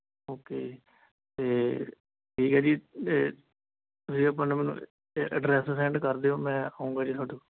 okay ਜੀ ਅਤੇ ਠੀਕ ਹੈ ਜੀ ਇਹ ਤੁਸੀਂ ਆਪਣਾ ਮੈਨੂੰ ਐਡਰੈੱਸ ਸੈਂਡ ਕਰ ਦਿਓ ਮੈਂ ਆਊਂਗਾ ਜੀ ਤੁਹਾਡੇ ਕੋਲ